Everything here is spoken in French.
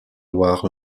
loire